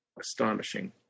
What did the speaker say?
astonishing